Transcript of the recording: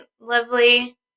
lovely